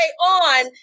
on